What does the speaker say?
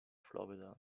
florida